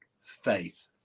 Faith